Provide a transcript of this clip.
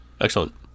Excellent